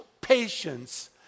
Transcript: patience